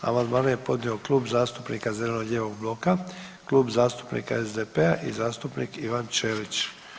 Amandmane je podnio Klub zastupnika zeleno-lijevog bloka, Klub zastupnika SDP-a i zastupnik Ivan Ćelić.